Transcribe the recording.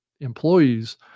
employees